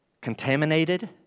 contaminated